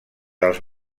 dels